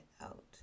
out